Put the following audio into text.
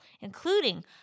including